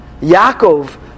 Yaakov